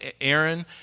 Aaron